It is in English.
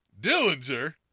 Dillinger